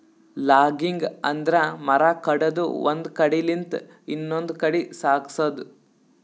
logging ಅಂದ್ರ ಮರ ಕಡದು ಒಂದ್ ಕಡಿಲಿಂತ್ ಇನ್ನೊಂದ್ ಕಡಿ ಸಾಗ್ಸದು